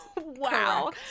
wow